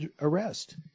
arrest